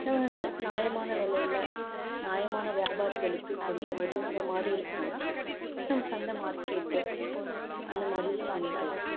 நம்ம வந்து நியாயமான விலையில நியாயமான வியாபாரிகளுக்கு கொஞ்சம் உதவுற மாரி இருக்குணுன்னா நம்ம சந்தை மார்க்கெட்டு அந்த மாரில வாங்கிக்கலாம்